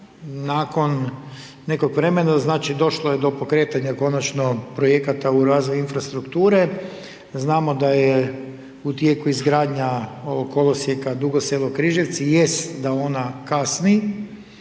nakon nekog vremena, došlo je do pokretanja konačno projekata u razvoju infrastrukture. Znamo da je u tijeku izgradnja ovog kolosijeka Dugo Selo-Križevci. Jest da ona kasni,